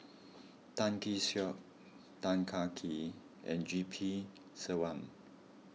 Tan Kee Sek Tan Kah Kee and G P Selvam